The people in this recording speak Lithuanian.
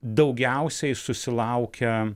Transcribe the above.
daugiausiai susilaukia